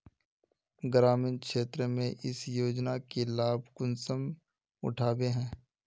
ग्रामीण क्षेत्र में इस योजना के लाभ कुंसम उठावे है?